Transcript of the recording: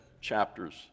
chapters